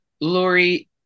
Lori